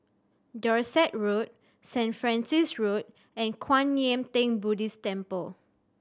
Dorset Road Saint Francis Road and Kwan Yam Theng Buddhist Temple